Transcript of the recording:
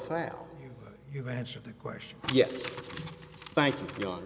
foul you've answered the question yes thank you